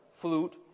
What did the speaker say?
flute